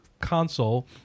console